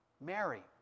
Mary